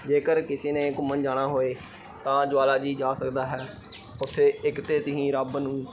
ਜੇਕਰ ਕਿਸੇ ਨੇ ਘੁੰਮਣ ਜਾਣਾ ਹੋਵੇ ਤਾਂ ਜੁਆਲਾ ਜੀ ਜਾ ਸਕਦਾ ਹੈ ਉੱਥੇ ਇੱਕ ਤਾਂ ਤੁਸੀਂ ਰੱਬ ਨੂੰ